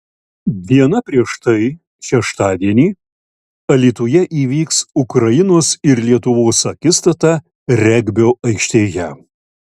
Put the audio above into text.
diena prieš tai šeštadienį alytuje įvyks ukrainos ir lietuvos akistata regbio aikštėje